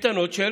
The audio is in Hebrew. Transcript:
קייטנות של